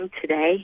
today